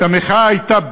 והמחאה הייתה,